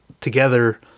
together